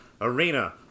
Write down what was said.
Arena